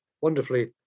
Wonderfully